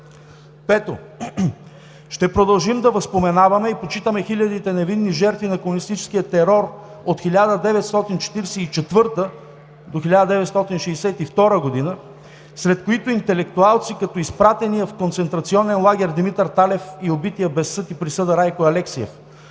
Пето, ще продължим да възпоменаваме и почитаме хилядите невинни жертви на комунистическия терор от 1944 г. до 1962 г., сред които интелектуалци, като изпратения в концентрационен лагер Димитър Талев и убитият без съд и присъда Райко Алексиев;